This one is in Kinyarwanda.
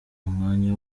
umwanya